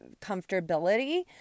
comfortability